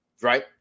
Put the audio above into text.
right